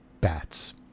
bats